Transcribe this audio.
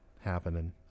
happening